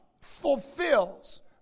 fulfills